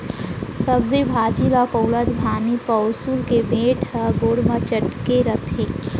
सब्जी भाजी ल पउलत घानी पउंसुल के बेंट ह गोड़ म चटके रथे